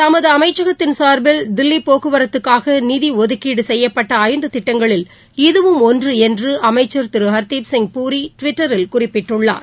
தமதுஅமைச்சகத்தின் சாா்பில் தில்லிபோக்குவரத்துக்காகநிதிஒதுக்கீடுசெய்யப்பட்டறந்துதிட்டங்களில் இதுவும் ஒன்றுஎன்றுஅமைச்சர் திருஹர்தீப் பூரிடுவிட்டரில் குறிப்பிட்டுள்ளார்